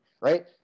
right